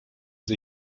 sie